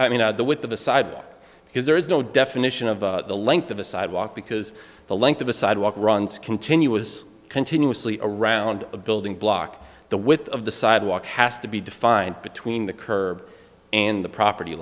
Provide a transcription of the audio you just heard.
i mean the width of a sidewalk because there is no definition of the length of a sidewalk because the length of a sidewalk runs continuous continuously around a building block the width of the sidewalk has to be defined between the curb and the property